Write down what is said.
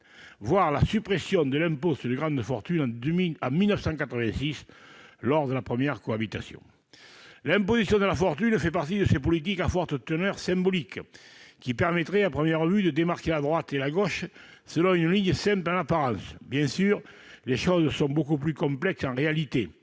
lorsque fut supprimé l'impôt sur les grandes fortunes, à l'époque de la première cohabitation ... L'imposition de la fortune fait partie de ces politiques à forte teneur symbolique qui devraient permettre, à première vue, de distinguer la droite et la gauche, selon une ligne en apparence simple. Bien sûr, les choses sont beaucoup plus complexes en réalité.